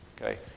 okay